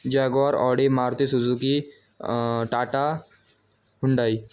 jaguar Audi Maruti Suzuki Tata Hyundai